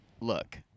look